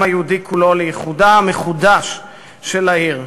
היהודי כולו לאיחודה המחודש של העיר.